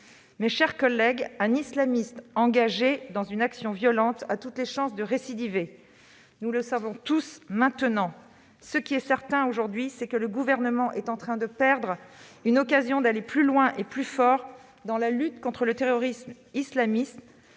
Mes chers collègues, un islamiste engagé dans une action violente a toutes les chances de récidiver, nous le savons tous maintenant. Ce qui est certain aujourd'hui, c'est que le Gouvernement est en train de perdre une occasion d'aller plus loin et d'agir plus fortement dans la lutte contre le terrorisme islamiste